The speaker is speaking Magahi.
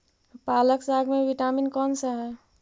पालक साग में विटामिन कौन सा है?